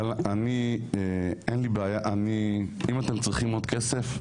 אם אתם צריכים עוד כסף,